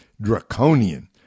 draconian